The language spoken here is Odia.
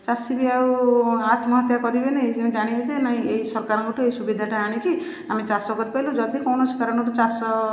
ଚାଷୀ ବି ଆଉ ଆତ୍ମହତ୍ୟା କରିବେନି ଜାଣିବେ ଯେ ନାଇଁ ଏଇ ସରକାରଙ୍କଠାରୁ ଏଇ ସୁବିଧାଟା ଆଣିକି ଆମେ ଚାଷ କରିପାରିଲୁ ଯଦି କୌଣସି କାରଣରୁ ଚାଷ